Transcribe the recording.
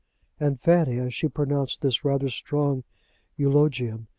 and fanny, as she pronounced this rather strong eulogium,